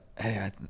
hey